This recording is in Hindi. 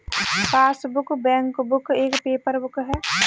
पासबुक, बैंकबुक एक पेपर बुक है